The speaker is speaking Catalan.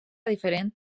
diferent